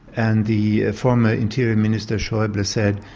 and the former interior minister, schauble said,